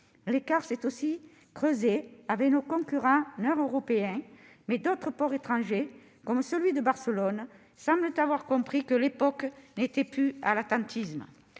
L'écart s'est déjà creusé avec nos concurrents nord-européens, mais d'autres ports étrangers, comme celui de Barcelone, semblent avoir compris que l'époque n'était plus à l'attentisme.